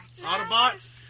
Autobots